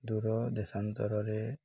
ଦୂର ଦେଶାନ୍ତରରେ